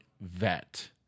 vet